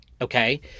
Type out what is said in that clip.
okay